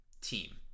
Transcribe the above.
team